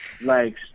likes